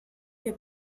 que